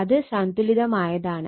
അത് സന്തുലിതമായതാണ്